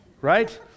right